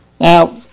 Now